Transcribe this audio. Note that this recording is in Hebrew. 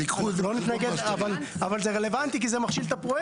זה רלוונטי כי זה מכשיר את הפרויקט.